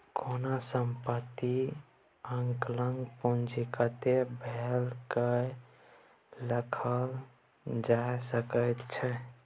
कोनो सम्पत्तीक आंकलन पूंजीगते भए कय देखल जा सकैत छै